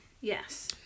Yes